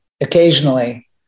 occasionally